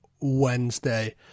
Wednesday